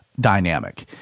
dynamic